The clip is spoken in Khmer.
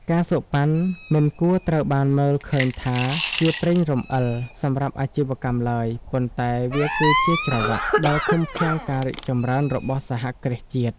ការសូកប៉ាន់ មិនគួរត្រូវបានមើលឃើញថាជា "ប្រេងរំអិល" សម្រាប់អាជីវកម្មឡើយ ប៉ុន្តែវាគឺជា "ច្រវាក់" ដែលឃុំឃាំងការរីកចម្រើនរបស់សហគ្រាសជាតិ។